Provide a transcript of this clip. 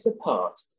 apart